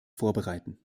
vorbereiten